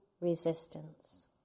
resistance